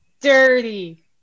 dirty